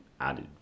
added